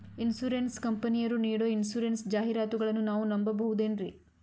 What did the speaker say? Insurance ಕಂಪನಿಯರು ನೀಡೋ insurance ಜಾಹಿರಾತುಗಳನ್ನು ನಾವು ನಂಬಹುದೇನ್ರಿ?